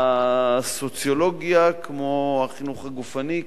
הסוציולוגיה כמו החינוך הגופני,